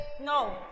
no